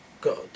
God